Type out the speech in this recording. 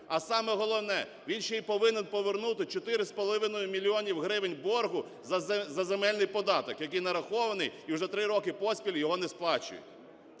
А саме головне – він ще й повинен повернути 4,5 мільйонів гривень боргу за земельний податок, який нарахований і вже 3 роки поспіль його не сплачують.